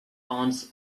haunts